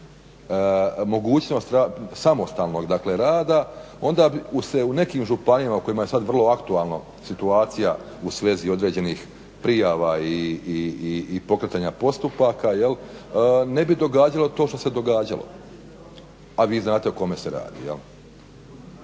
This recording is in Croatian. mogućnost samostalnog dakle rada onda se u nekim županijama u kojima je sad vrlo aktualna situacija u svezi određenih prijava i pokretanja postupaka jel ne bi događalo to što se događalo a vi znate o kome se radi.